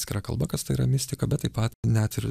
atskira kalba kas tai yra mistika bet taip pat net ir